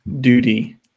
duty